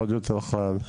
עוד יותר קל.